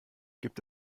gibt